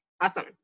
Awesome